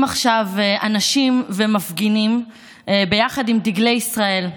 עכשיו אנשים ומפגינים ביחד עם דגלי ישראל.